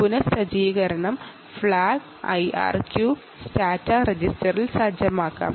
അതിനായി IRQ സ്റ്റാറ്റയിലെ രജിസ്റ്ററിലെ റിസെറ്റ് ഫ്ലാഗ് സജ്ജമാക്കണം